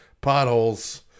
potholes